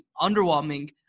underwhelming